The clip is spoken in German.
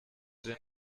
den